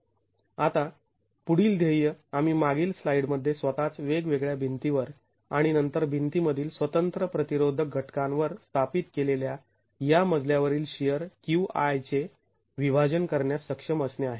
आता पुढील ध्येय आम्ही मागील स्लाइडमध्ये स्वतःच वेगवेगळ्या भिंतीवर आणि नंतर भिंती मधील स्वतंत्र प्रतिरोधक घटकांवर स्थापित केलेल्या या मजल्या वरील शिअर Qi चे विभाजन करण्यास सक्षम असणे आहे